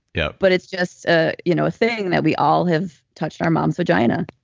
yeah but it's just a you know thing that we all have touched our mom's vagina,